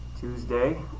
Tuesday